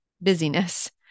busyness